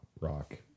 rock